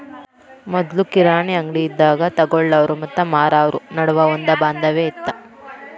ಮೊದ್ಲು ಕಿರಾಣಿ ಅಂಗ್ಡಿ ಇದ್ದಾಗ ತೊಗೊಳಾವ್ರು ಮತ್ತ ಮಾರಾವ್ರು ನಡುವ ಒಂದ ಬಾಂಧವ್ಯ ಇತ್ತ